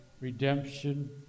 redemption